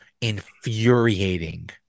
infuriating